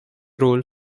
role